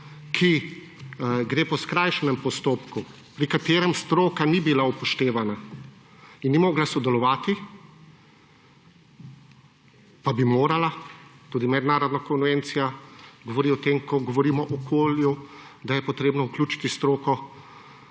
ki gre po skrajšanem postopku, pri katerem stroka ni bila upoštevana in ni mogla sodelovati, pa bi morala, tudi mednarodna konvencija govori o tem, ko govorimo o okolju, da je potrebno vključiti stroko,